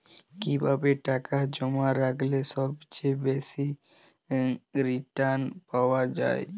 কিভাবে টাকা জমা রাখলে সবচেয়ে বেশি রির্টান পাওয়া য়ায়?